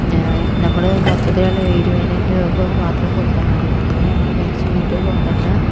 നമ്മള് മൊത്തത്തിലുള്ള ഇരുപതിനായിരം രൂപ മാത്രം കൊടുത്താൽ മതി അങ്ങനെ ഞങ്ങൾ മേടിച്ച് വീട്ടിൽ കൊണ്ട് വന്ന്